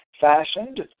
fashioned